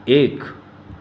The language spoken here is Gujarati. એક